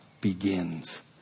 begins